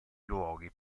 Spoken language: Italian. luoghi